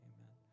Amen